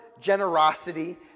generosity